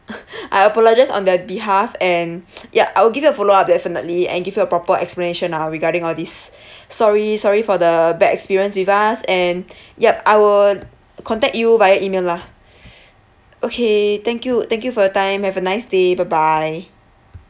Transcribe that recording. I apologise on their behalf and ya I will give you a follow up definitely and give you a proper explanation lah regarding all these sorry sorry for the bad experience with us and yup I would contact you by email lah okay thank you thank you for your time have a nice day bye bye